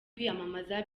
kwiyamamaza